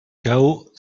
chaos